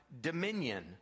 dominion